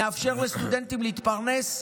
נאפשר לסטודנטים להתפרנס.